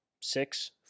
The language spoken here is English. six